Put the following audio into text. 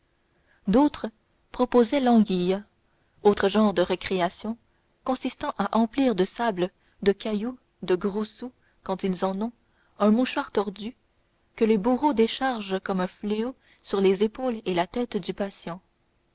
d'autres proposaient l'anguille autre genre de récréation consistant à emplir de sable de cailloux de gros sous quand ils en ont un mouchoir tordu que les bourreaux déchargent comme un fléau sur les épaules et la tête du patient